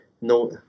no